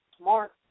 Mark